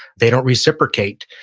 they don't reciprocate.